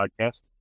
Podcast